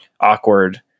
awkward